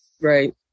Right